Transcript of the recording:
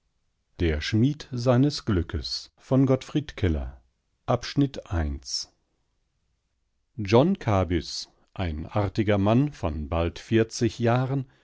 der schmied seines glückes john kabys ein artiger mann von bald vierzig jahren